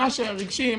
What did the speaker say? מה שרגשי,